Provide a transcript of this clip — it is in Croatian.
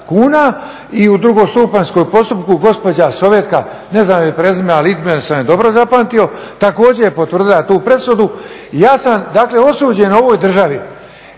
kuna i u drugostupanjskom postupku gospođa Sovjetka, ne znam joj prezime, ali ime sam joj dobro zapamtio, također je potvrdila tu presudu. Ja sam dakle, osuđen u ovoj državi